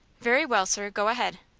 very well, sir go ahead.